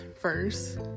first